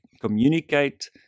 communicate